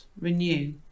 Renew